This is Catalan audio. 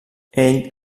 ell